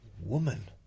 woman